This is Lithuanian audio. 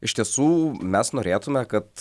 iš tiesų mes norėtume kad